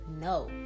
No